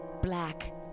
black